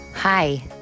Hi